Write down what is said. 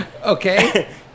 Okay